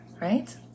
right